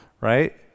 Right